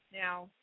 Now